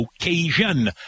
occasion